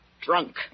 Drunk